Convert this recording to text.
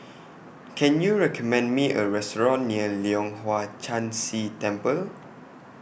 Can YOU recommend Me A Restaurant near Leong Hwa Chan Si Temple